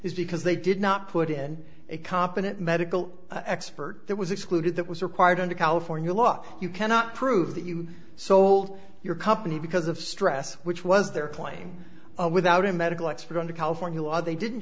is because they did not put in a competent medical expert that was excluded that was required under california law you cannot prove that you sold your company because of stress which was their claim without a medical expert under california law they didn't